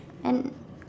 and